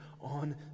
on